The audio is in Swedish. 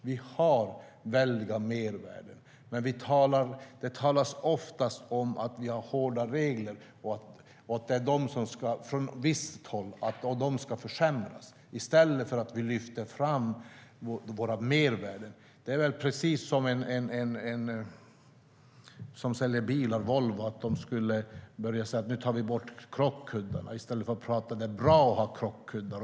Det talas oftast från visst håll om att vi har hårda regler och att de borde försämras i stället för att vi lyfter fram våra mervärden. Det är som om Volvo skulle säga att krockkuddarna ska tas bort i stället för att prata om att det är bra att ha krockkuddar.